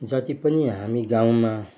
जति पनि हामी गाउँमा